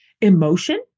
emotion